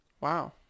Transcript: wow